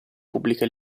pubblica